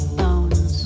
bones